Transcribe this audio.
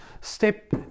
step